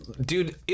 Dude